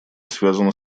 связана